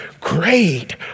Great